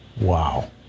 Wow